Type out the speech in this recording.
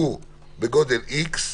שהוא בגודל X,